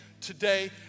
today